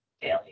daily